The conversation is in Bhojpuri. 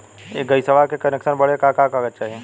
इ गइसवा के कनेक्सन बड़े का का कागज चाही?